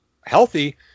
healthy